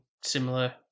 similar